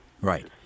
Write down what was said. Right